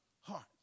heart